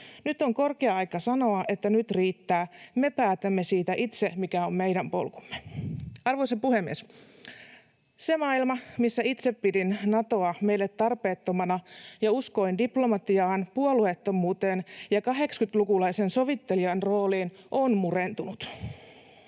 Nyt on korkea aika sanoa, että nyt riittää, me päätämme itse, mikä on meidän polkumme. Arvoisa puhemies! Se maailma, missä itse pidin Natoa meille tarpeettomana ja uskoin diplomatiaan, puolueettomuuteen ja 80-lukulaiseen sovittelijan rooliin, on murentunut.